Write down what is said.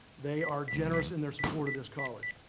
they are generous in their support of this college.